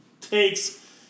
takes